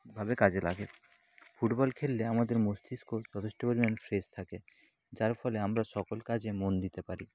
ভাবে কাজে লাগে ফুটবল খেললে আমাদের মস্তিষ্ক যথেষ্ট পরিমাণ ফ্রেশ থাকে যার ফলে আমরা সকল কাজে মন দিতে পারি